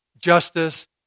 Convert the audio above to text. justice